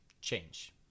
change